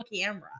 camera